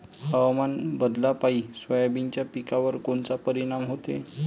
हवामान बदलापायी सोयाबीनच्या पिकावर कोनचा परिणाम होते?